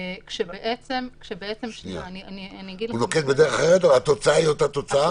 -- הוא נוקט דרך אחרת אבל התוצאה היא אותה תוצאה?